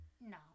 no